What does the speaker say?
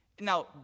Now